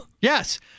Yes